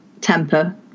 temper